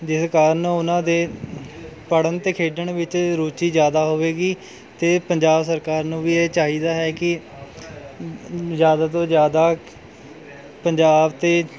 ਜਿਸ ਕਾਰਨ ਉਹਨਾਂ ਦੇ ਪੜ੍ਹਨ ਅਤੇ ਖੇਡਣ ਵਿੱਚ ਰੁਚੀ ਜ਼ਿਆਦਾ ਹੋਵੇਗੀ ਅਤੇ ਪੰਜਾਬ ਸਰਕਾਰ ਨੂੰ ਵੀ ਇਹ ਚਾਹੀਦਾ ਹੈ ਕਿ ਜ਼ਿਆਦਾ ਤੋਂ ਜ਼ਿਆਦਾ ਪੰਜਾਬ ਅਤੇ